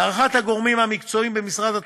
להערכת הגורמים המקצועיים במשרד התחבורה,